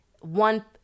one